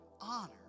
Honor